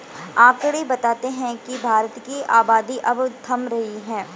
आकंड़े बताते हैं की भारत की आबादी अब थम रही है